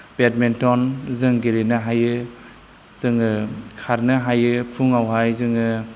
badminton जों गेलेनो हायो जोङो खारनो हायो फुंआवहाय जोङो